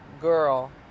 Girl